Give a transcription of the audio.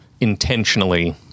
intentionally